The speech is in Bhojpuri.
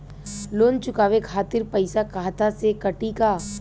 लोन चुकावे खातिर पईसा खाता से कटी का?